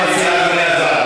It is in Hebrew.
היועץ המשפטי.